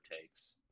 takes